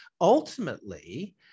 ultimately